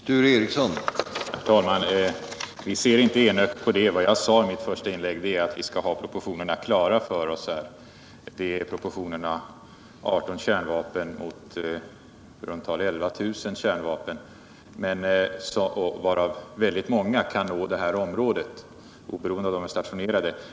Herr talman! Visser inte enögt på det. Vad jag sade i mitt första inlägg var att vi skall ha proportionerna klara för oss: det är proportionerna 18 kärnvapen mot i runt tal 11 000 kärnvapen, varav väldigt många kan nå detta område oberoende av var de är stationerade.